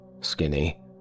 skinny